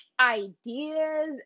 ideas